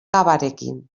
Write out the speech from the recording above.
cavarekin